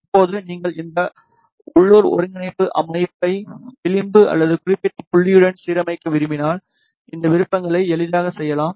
இப்போது நீங்கள் இந்த உள்ளூர் ஒருங்கிணைப்பு அமைப்பை விளிம்பு அல்லது குறிப்பிட்ட புள்ளியுடன் சீரமைக்க விரும்பினால் இந்த விருப்பங்களை எளிதாக செய்யலாம்